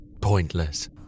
pointless